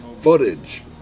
footage